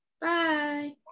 Bye